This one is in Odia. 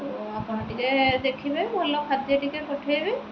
ଆପଣ ଟିକେ ଦେଖିବେ ଭଲ ଖାଦ୍ୟ ଟିକେ ପଠେଇବେ